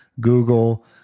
Google